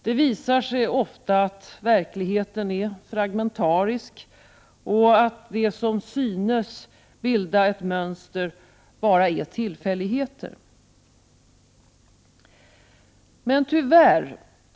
Det visar sig ofta att verkligheten är fragmentarisk och att det som synes bilda ett mönster bara är tillfälligheter.